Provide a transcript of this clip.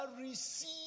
receive